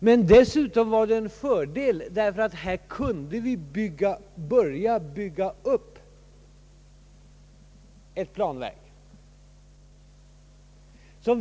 Men dessutom var det en fördel, därför att vi kunde börja bygga upp ett planverk.